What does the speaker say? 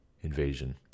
invasion